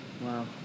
Wow